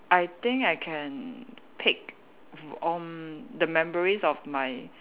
I think I can pick um the memories of my